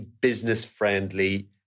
business-friendly